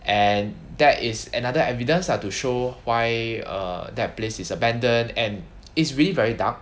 and that is another evidence ah to show why err that place is abandoned and it's really very dark